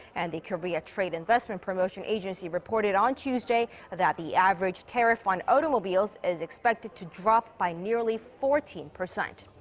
and the korea trade investment promotion agency reported on tuesday that the average tariff on automobiles is expected to drop by nearly fourteen percent.